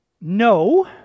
no